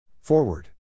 Forward